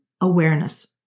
awareness